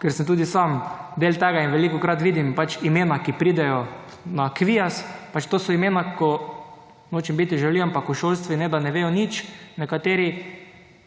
ker sem tudi sam del tega in velikokrat vidim imena, ki pridejo na KVIAZ, to so imena, nočem biti žaljiv, ampak o šolstvu ne da ne vedo nič, nekateri